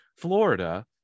Florida